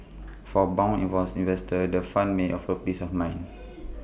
for Bond investors the fund may offer peace of mind